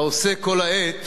העוסק כל העת